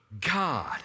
God